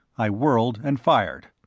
i whirled and fired.